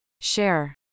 Share